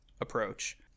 approach